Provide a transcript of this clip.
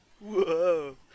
Whoa